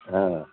हा